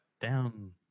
down